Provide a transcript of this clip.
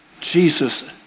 Jesus